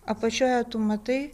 apačioje tu matai